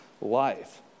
life